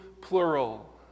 plural